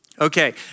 Okay